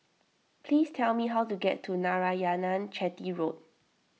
please tell me how to get to Narayanan Chetty Road